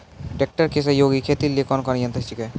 Tractor के सहयोगी खेती लेली कोन कोन यंत्र छेकै?